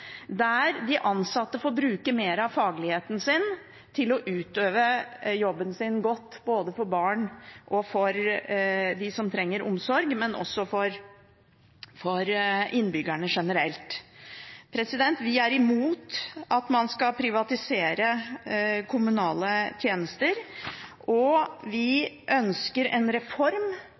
der de ansatte får bruke mer av fagligheten sin til å utøve jobben sin godt, både for barn og for dem som trenger omsorg, og også for innbyggerne generelt. Vi er imot at man skal privatisere kommunale tjenester, og vi ønsker en reform